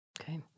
Okay